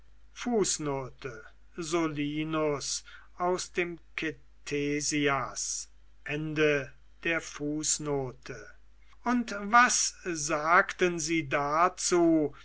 und was sagten sie dazu